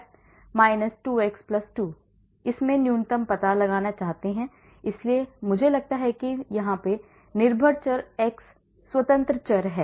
इसलिए मैं न्यूनतम पता लगाना चाहता हूं इसलिए मुझे लगता है कि निर्भर चर x स्वतंत्र चर है